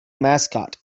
mascot